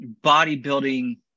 bodybuilding